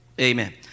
amen